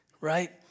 right